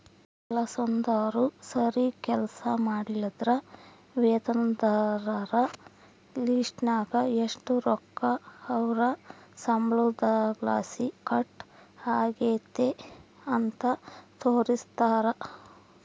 ಕೆಲಸ್ದೋರು ಸರೀಗ್ ಕೆಲ್ಸ ಮಾಡ್ಲಿಲ್ಲುದ್ರ ವೇತನದಾರರ ಲಿಸ್ಟ್ನಾಗ ಎಷು ರೊಕ್ಕ ಅವ್ರ್ ಸಂಬಳುದ್ಲಾಸಿ ಕಟ್ ಆಗೆತೆ ಅಂತ ತೋರಿಸ್ತಾರ